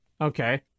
Okay